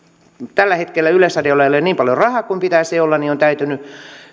tällä hetkellä yleisradiolla ei ole niin paljon rahaa kuin pitäisi olla niin on täytynyt